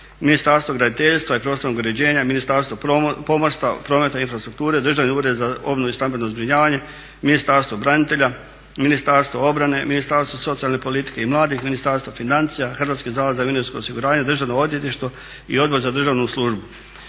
Ministarstvo graditeljstva i prostornog uređenja i Ministarstvo pomorstva, prometa i infrastrukture, Državni ured za obnovu i stambeno zbrinjavanje, Ministarstvo branitelja, Ministarstvo obrane, Ministarstvo socijalne politike i mladih, Ministarstvo financija, Hrvatski zavod za mirovinsko osiguranje, Državno odvjetništvo i Odbor za državnu službu.